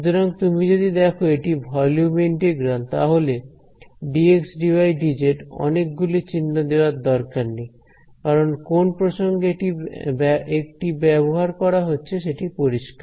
সুতরাং তুমি যদি দেখো এটি ভলিউম ইন্টিগ্রাল তাহলে dxdydz অনেকগুলি চিহ্ন দেওয়ার দরকার নেই কারণ কোন প্রসঙ্গে একটি ব্যবহার করা হচ্ছে সেটি পরিষ্কার